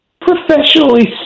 professionally